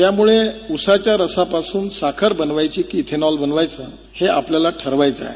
त्यामुळे ऊसाच्या रसापासून साखर बनवायची की इथेनॉल बनवायचं हे आपल्याला ठरवायचंय